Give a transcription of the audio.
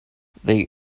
they